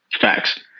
Facts